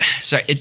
Sorry